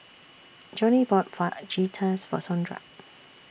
Joanie bought Fajitas For Sondra